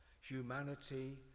humanity